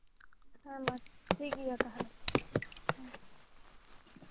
ᱦᱮᱸ ᱢᱟ ᱴᱷᱤᱠ ᱜᱮᱭᱟ ᱛᱟᱦᱚᱞᱮ ᱦᱮᱸ